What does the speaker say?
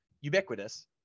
ubiquitous